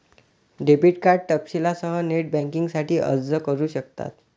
debit card तपशीलांसह net बँकिंगसाठी अर्ज करू शकतात